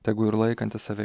tegu ir laikanti save